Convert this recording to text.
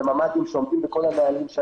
וממ"דים שעומדים בכל הנהלים,